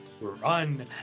run